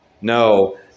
No